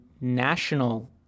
national